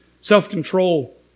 self-control